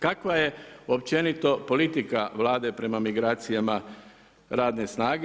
Kakva je općenito politika Vlade prema migracijama radne snage?